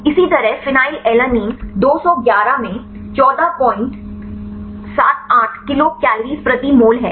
इसी तरह फेनिलएलनिन 211 में 1478 किलो कैलोरी प्रति मोल है